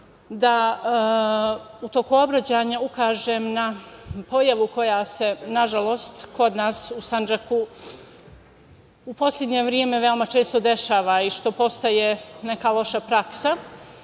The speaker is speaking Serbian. da u toku obraćanja ukažem na pojavu koja se nažalost kod nas u Sandžaku u poslednje vreme veoma često dešava i što postaje neka loša praksa,